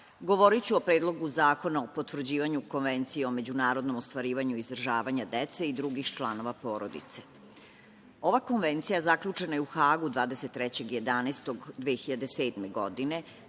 govoriću o Predlogu zakona o potvrđivanju Konvencije o međunarodnom ostvarivanju izdržavanja dece i drugih članova porodice. Ova Konvencija zaključena je u Hagu 23.11.2007. godine,